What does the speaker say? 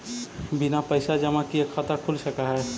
बिना पैसा जमा किए खाता खुल सक है?